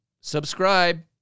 Subscribe